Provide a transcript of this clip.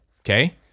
Okay